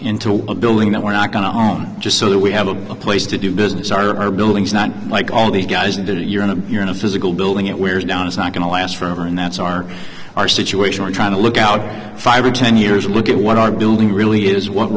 into a building that we're not going to own just so that we have a place to do business our buildings not like all these guys and that you're in a you're in a physical building it wears down it's not going to last forever and that's our our situation we're trying to look out five or ten years look at what our building really is what